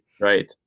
right